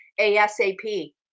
ASAP